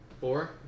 Four